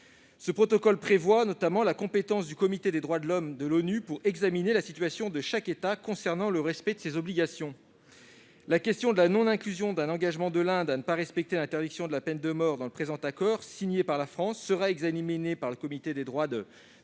Ce protocole prévoit notamment la compétence du Comité des droits de l'homme de l'Organisation des Nations unies pour examiner la situation de chaque État concernant le respect de ses obligations. La question de la non-inclusion d'un engagement de l'Inde à ne pas respecter l'interdiction de la peine de mort dans le présent accord signé par la France sera examinée par ce comité. Il y va du rayonnement